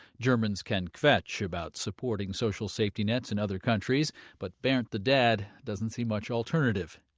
germans can kvetch about supporting social safety nets in other countries, but bernd, the dad, doesn't see much alternative.